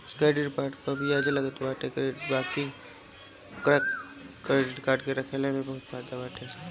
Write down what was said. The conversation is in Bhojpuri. क्रेडिट कार्ड पअ बियाज लागत बाटे बाकी क्क्रेडिट कार्ड के रखला के बहुते फायदा बाटे